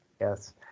yes